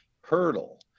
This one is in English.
hurdle